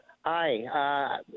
Hi